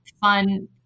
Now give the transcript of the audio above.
fun